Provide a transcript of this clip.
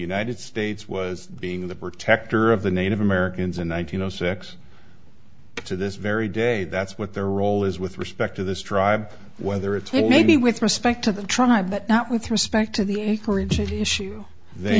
united states was being the protector of the native americans in one thousand no sex to this very day that's what their role is with respect to this tribe whether it'll be with respect to the tribe but not with respect to the acreage an issue they